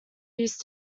used